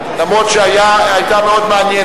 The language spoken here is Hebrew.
אף-על-פי שאני מוכרח לומר שהיא היתה מאוד מעניינת.